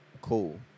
cool